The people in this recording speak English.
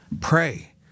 pray